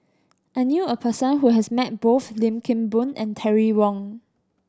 I knew a person who has met both Lim Kim Boon and Terry Wong